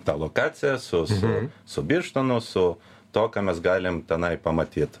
ta lokacija su su su birštonu su tuo ką mes galim tenai pamatyt